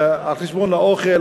על-חשבון האוכל,